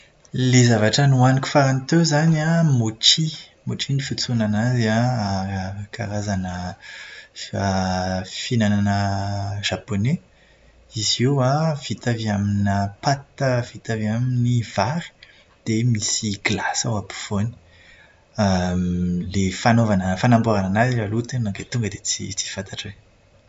Ilay zavatra nohaniko farany teo izany an, mochi. Mochi no fiantsoana anazy an, karazana fa- fihinanana zaponey. Izy io an, vita avy amina paty vita avy amin'ny vary, dia misy glasy ao ampovoany. Ilay fanaovana fanambarana anazy aloha tonga dia tsy tsy fantatro e.